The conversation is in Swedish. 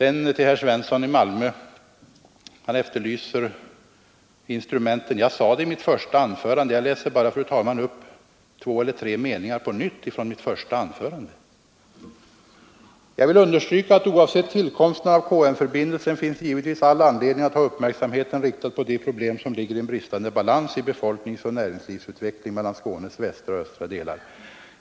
För herr Svensson i Malmö, som efterlyser planeringsinstrumenten, vill jag bara peka på vad jag sade i mitt första anförande. Jag läser bara, fru talman, på nytt upp några meningar från detta anförande: ”Jag vill understryka, att oavsett tillkomsten av KM-förbindelsen finns givetvis all anledning att ha uppmärksamheten riktad på de problem som ligger i en bristande balans i befolkningsoch näringslivsutvecklingen mellan Skånes västra och östra delar.